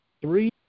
three